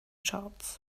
charts